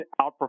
outperform